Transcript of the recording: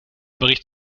bericht